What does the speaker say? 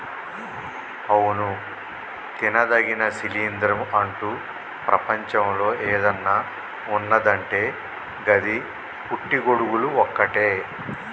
అవును తినదగిన శిలీంద్రం అంటు ప్రపంచంలో ఏదన్న ఉన్నదంటే గది పుట్టి గొడుగులు ఒక్కటే